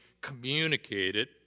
communicated